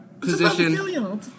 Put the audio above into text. position